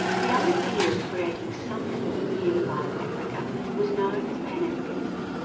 the idea of creating some form of unified africa was known as pan-africanism.